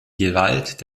gewalt